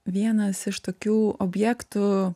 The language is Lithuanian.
vienas iš tokių objektų